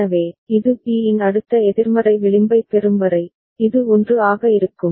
எனவே இது B இன் அடுத்த எதிர்மறை விளிம்பைப் பெறும் வரை இது 1 ஆக இருக்கும்